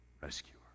rescuer